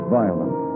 violent